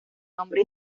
nombre